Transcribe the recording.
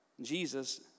Jesus